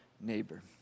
neighbor